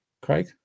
craig